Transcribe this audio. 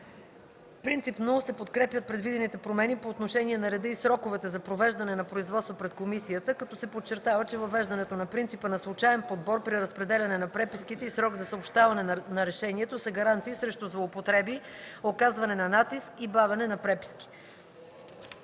Принципно се подкрепят предвидените промени по отношение на реда и сроковете за провеждане на производство пред комисията, като се подчертава, че въвеждането на принципа на случаен подбор при разпределяне на преписките и срок за съобщаване на решението са гаранции срещу злоупотреби, оказване на натиск и бавене на преписки.